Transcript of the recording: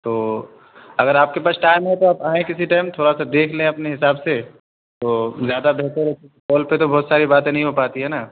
تو اگر آپ کے پاس ٹائم ہے تو آپ آئیں کسی ٹائم تھوڑا سا دیکھ لیں اپنے حساب سے تو زیادہ بہتر ہے کیوںکہ کال پہ تو بہت ساری باتیں نہیں ہو پاتی ہے نا